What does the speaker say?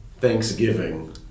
thanksgiving